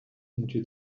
into